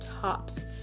tops